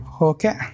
Okay